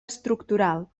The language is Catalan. estructural